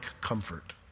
comfort